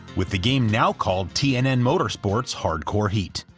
with the game now called tnn motor sports hardcore heat.